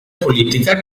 politica